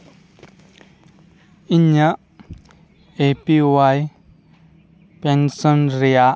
ᱤᱧᱟᱹᱜ A P Y pension ᱨᱮᱭᱟᱜ